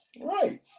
Right